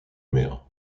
mer